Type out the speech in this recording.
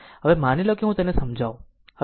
હવે માનો કે હું તેને સમજાવું